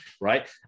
right